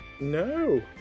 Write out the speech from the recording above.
No